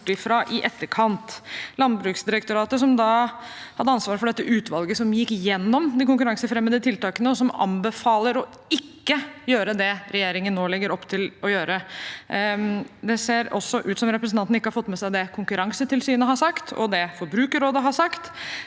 i etterkant. Landbruksdirektoratet hadde ansvar for det utvalget som gikk gjennom de konkurransefremmende tiltakene, og som anbefalte å ikke gjøre det regjeringen nå legger opp til å gjøre. Det ser også ut som representantene ikke har fått med seg det Konkurransetilsynet har sagt, og det Forbrukerrådet har sagt.